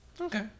Okay